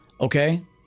Okay